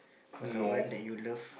for someone that you love